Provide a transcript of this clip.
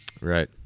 Right